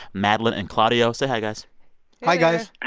madeline and claudio. say hi, guys hi, guys